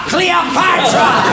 Cleopatra